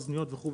אוזניות וכו',